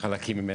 חלקים ממנה,